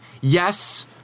yes